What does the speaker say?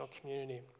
community